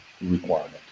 requirement